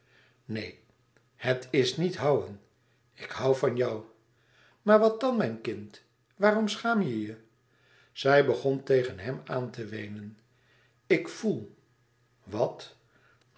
neen het is niet hoûen ik hoû van jou maar wat dan mijn kind waarom schaam je je zij begon tegen hem aan te weenen ik voel wat